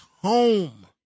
home